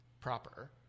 proper